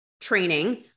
training